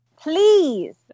Please